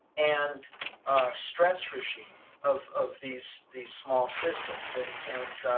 and stress regimes of of these these small systems. and and